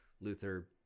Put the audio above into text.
Luther